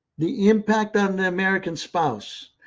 the impact on the american spouse,